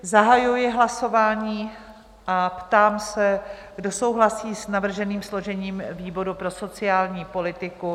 Zahajuji hlasování a ptám se, kdo souhlasí s navrženým složením výboru pro sociální politiku?